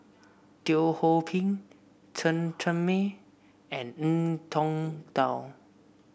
Teo Ho Pin Chen Cheng Mei and Ngiam Tong Dow